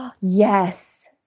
Yes